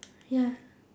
ya